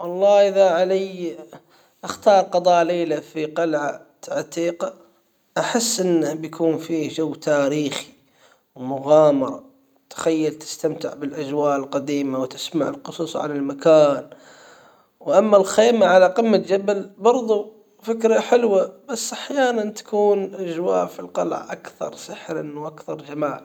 والله اذا علي أختار قضاء ليلة في قلعة عتيقة أحس انه بيكون في جو تاريخي ومغامرة تخيل تستمتع بالاجواء القديمة وتسمع القصص عن المكان واما الخيمة على قمة جبل برظو فكرة حلوة بس أحيانا تكون أجواء في القلعة أكثر سحرًا وأكثر جمال.